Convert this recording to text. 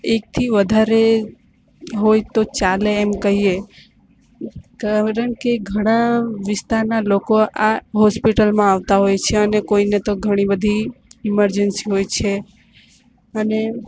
એકથી વધારે હોય તો ચાલે એમ કહીએ કારણ કે ઘણા વિસ્તારનાં લોકો આ હોસ્પિટલમાં આવતા હોય છે અને કોઈને તો ઘણી બધી ઇમરજન્સી હોય છે અને